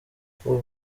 uko